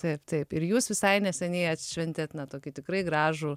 taip taip ir jūs visai neseniai atšventėt na tokį tikrai gražų